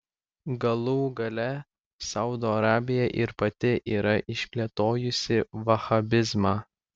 galų gale saudo arabija ir pati yra išplėtojusi vahabizmą